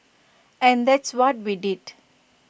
and that's what we did